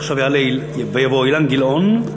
יעלה ויבוא אילן גילאון,